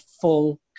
full